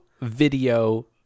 video